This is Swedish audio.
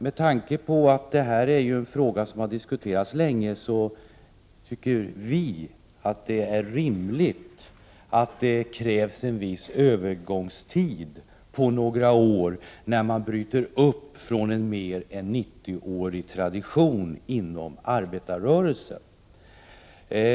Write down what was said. Med tanke på att detta är en fråga som diskuterats länge tycker vi att det är rimligt med en övergångstid på några år när man bryter upp från en mer än 90-årig tradition inom arbetarrörelsen.